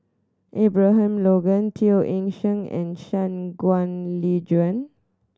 Abraham Logan Teo Eng Seng and Shangguan Liuyun